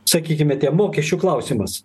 sakykime tie mokesčių klausimas